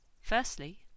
Firstly